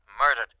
murdered